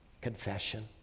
Confession